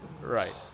Right